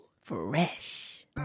fresh